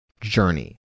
journey